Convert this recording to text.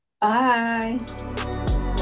Bye